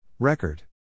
Record